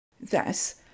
Thus